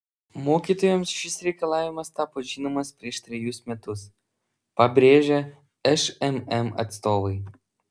mokytojams šis reikalavimas tapo žinomas prieš trejus metus pabrėžė šmm atstovai